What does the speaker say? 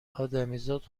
ادمیزاد